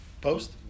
post